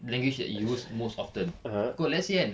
language that you use most often cause let's say kan